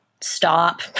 stop